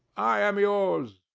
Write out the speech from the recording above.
i am yours.